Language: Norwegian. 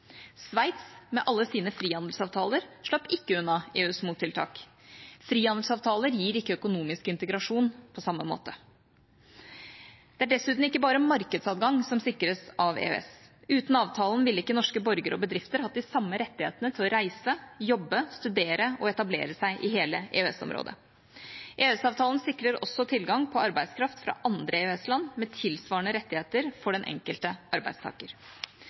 Sveits, med alle sine frihandelsavtaler, slapp ikke unna EUs mottiltak. Frihandsavtaler gir ikke økonomisk integrasjon på samme måte. Det er dessuten ikke bare markedsadgang som sikres av EØS. Uten avtalen ville ikke norske borgere og bedrifter hatt de samme rettighetene til å reise, jobbe, studere og etablere seg i hele EØS-området. EØS-avtalen sikrer også tilgang på arbeidskraft fra andre EØS-land, med tilhørende rettigheter for den enkelte arbeidstaker.